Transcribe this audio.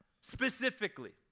Specifically